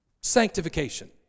sanctification